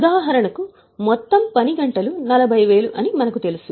ఉదాహరణకు మొత్తం పని గంటలు 40000 అని మనకు తెలుసు